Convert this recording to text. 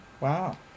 Wow